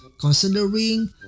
considering